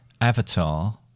Avatar